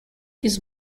his